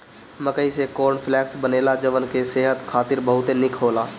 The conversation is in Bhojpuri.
मकई से कॉर्न फ्लेक्स बनेला जवन की सेहत खातिर बहुते निक होला